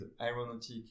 aeronautics